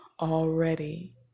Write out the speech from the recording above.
already